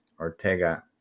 Ortega